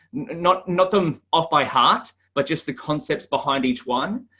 not not dumb off by heart, but just the concepts behind each one,